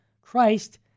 Christ